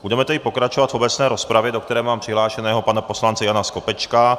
Budeme tedy pokračovat v obecné rozpravě, do které mám přihlášeného pana poslance Jana Skopečka.